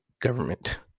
government